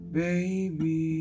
baby